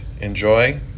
enjoy